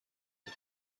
بود